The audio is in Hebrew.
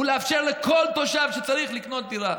"ולאפשר לכל תושב שצריך לקנות דירה".